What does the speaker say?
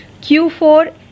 Q4